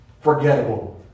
forgettable